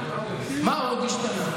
מה עוד השתנה?